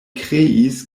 kreis